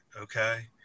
okay